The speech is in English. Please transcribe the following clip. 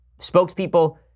spokespeople